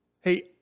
Hey